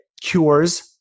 cures